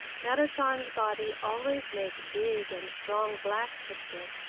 merrit san's body always make big and strong black picture.